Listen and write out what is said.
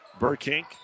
Burkink